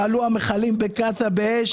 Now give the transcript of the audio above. כשהמכלים בקצא"א עלו באש,